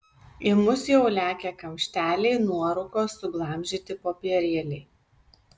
į mus jau lekia kamšteliai nuorūkos suglamžyti popierėliai